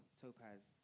topaz